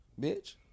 bitch